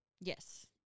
Yes